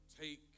take